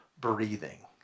breathing